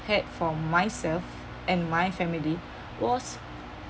had for myself and my family was